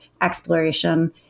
exploration